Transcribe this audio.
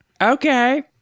Okay